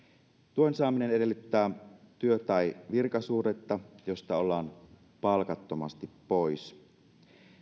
tuen saaminen edellyttää työ tai virkasuhdetta josta ollaan palkattomasti pois